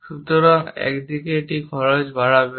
সুতরাং একদিকে এটি খরচ বাড়াবে না